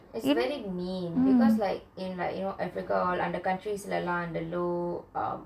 it's very mean because in like africa all the other countries லலாம் அந்த:lalam antha law